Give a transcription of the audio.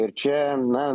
ir čia na